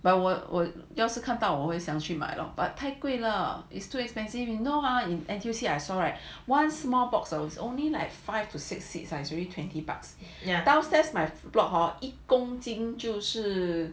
but 我看到我会想去买 loh but 太贵 lah is too expensive you know how in N_T_U_C I saw right one small box I was only like five to six seeds ah already twenty bucks yeah downstairs my block or 一公斤就是